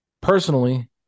personally